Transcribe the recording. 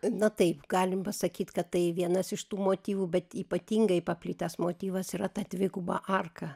na taip galim pasakyt kad tai vienas iš tų motyvų bet ypatingai paplitęs motyvas yra ta dviguba arka